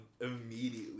immediately